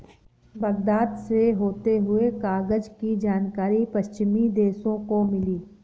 Baghdad से होते हुए कागज की जानकारी पश्चिमी देशों को मिली